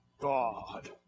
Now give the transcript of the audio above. God